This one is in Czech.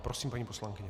Prosím, paní poslankyně.